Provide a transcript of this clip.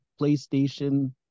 PlayStation